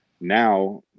now